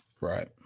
Right